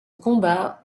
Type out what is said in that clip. combat